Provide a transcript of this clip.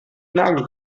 nagel